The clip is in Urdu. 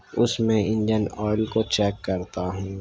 اس میں انجن آئیل کو چیک کرتا ہوں